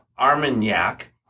Armagnac